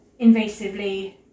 invasively